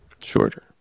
Shorter